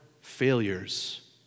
failures